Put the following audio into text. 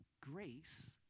grace